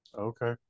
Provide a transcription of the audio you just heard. Okay